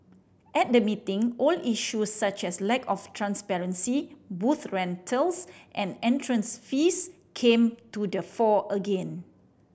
at the meeting old issues such as lack of transparency booth rentals and entrance fees came to the fore again